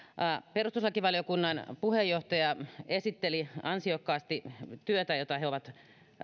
perustuslakivaliokunnan puheenjohtaja esitteli ansiokkaasti työtä jota he ovat